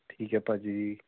ਠੀਕ ਹੈ ਭਾਅ ਜੀ